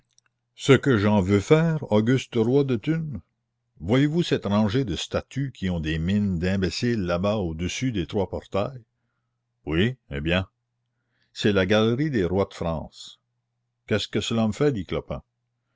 ce que j'en veux faire auguste roi de thunes voyez-vous cette rangée de statues qui ont des mines d'imbéciles là-bas au-dessus des trois portails oui eh bien c'est la galerie des rois de france qu'est-ce que cela me fait dit clopin